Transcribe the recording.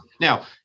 Now